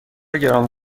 گران